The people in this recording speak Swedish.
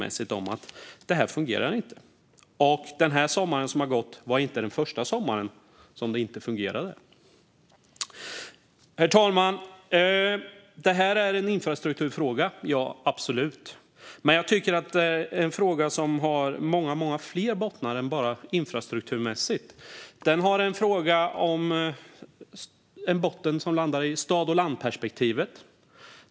Budskapet har varit att det inte fungerar. Sommaren som har gått var inte heller den första sommaren som det inte fungerade. Herr talman! Detta är absolut en infrastrukturfråga, men jag tycker att det är en fråga som har många fler bottnar än bara infrastrukturen. Frågan landar även i stad-land-perspektivet.